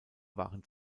waren